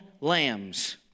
lambs